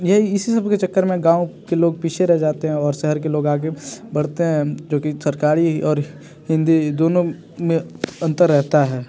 ये ही इसी सबके चक्कर में गाँव के लोग पीछे रह जाते हैं और शहर के लोग आगे बढ़ते हैं जो कि सरकारी और हिंदी दोनों में अंतर रहता है